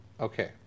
Okay